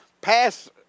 pass